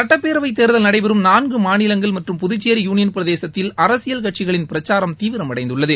சட்டப்பேரவைத் தேர்தல் நடைபெறும் மாநிலங்கள் மற்றும் புதுச்சேரி யூனியன் பிரதேசத்தில் அரசியல் கட்சிகளின் பிரச்சாரம் தீவிரமடைந்துள்ளது